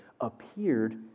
appeared